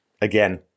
Again